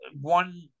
one